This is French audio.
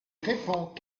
répond